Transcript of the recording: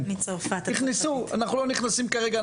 אנחנו לא נכנסים כרגע,